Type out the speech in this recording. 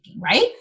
right